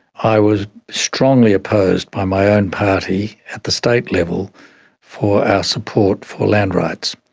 i was strongly opposed by my own party at the state level for our support for land rights.